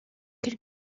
could